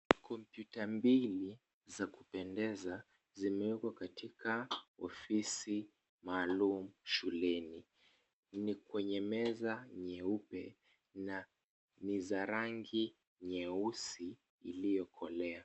Kompyuta mbili za kupendeza zimewekwa katika ofisi maalum shuleni, ni kwenye meza nyeupe na ni za rangi nyeusi iliyokolea.